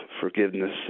forgiveness